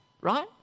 right